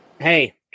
hey